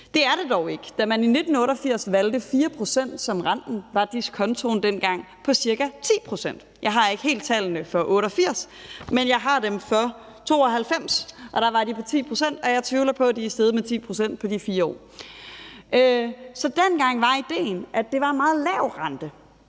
Det er det dog ikke. Da man i 1988 valgte 4 pct. som rente, var diskontoen dengang på ca. 10 pct. Jeg har ikke helt tallene for 1988, men jeg har dem for 1992, og der var den på 10 pct., og jeg tvivler på, at de steg 10 pct. på de 4 år. Dengang var idéen, at det var en meget lav rente,